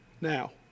now